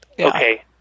Okay